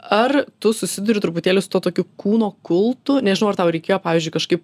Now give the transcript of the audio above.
ar tu susiduri truputėlį su tuo tokiu kūno kultu nežinau ar tau reikėjo pavyzdžiui kažkaip